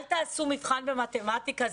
אל תעשו מבחן במתמטיקה,